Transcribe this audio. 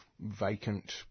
vacant